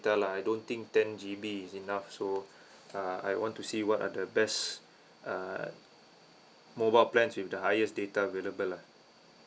~ta lah I don't think ten G_B is enough so uh I want to see what are the best uh mobile plans with the highest data available lah